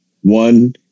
One